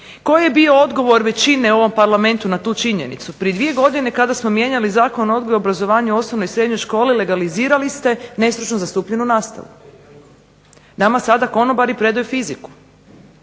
Koji je bio odgovor većine na tu činjenicu? Prije dvije godine kada smo mijenjali Zakon o odgoju i obrazovanju u osnovnoj i srednjoj školi legalizirali ste nestručno zastupljenu nastavu. Nama sada konobari predaju fiziku